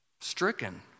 stricken